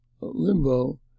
limbo